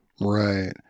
Right